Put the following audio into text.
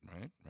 right